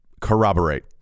corroborate